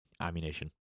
ammunition